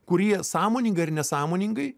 kurie sąmoningai ar nesąmoningai